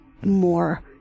more